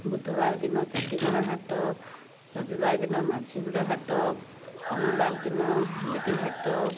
ବୁଧବାର ଦିନ ଚାଟିକଣା ହାଟ ରବିବାର ଦିନ ମାଛିଗୁଡ଼ା ହାଟ ସୋମବାର ଦିନ ଭାଲେଟି ହାଟ